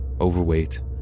overweight